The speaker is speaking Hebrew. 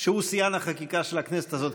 שהוא שיאן החקיקה של הכנסת הזאת,